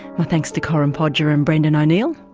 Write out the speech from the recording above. my thanks to corinne podger and brendan o'neil.